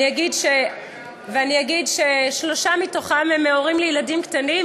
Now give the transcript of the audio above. אני אגיד ששלושה מתוכם הם הורים לילדים קטנים,